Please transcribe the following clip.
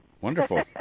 Wonderful